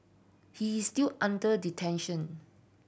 he is still under detention